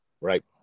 right